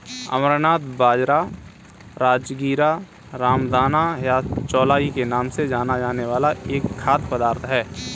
अमरनाथ बाजरा, राजगीरा, रामदाना या चौलाई के नाम से जाना जाने वाला एक खाद्य पदार्थ है